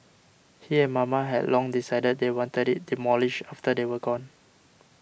he and Mama had long decided they wanted it demolished after they were gone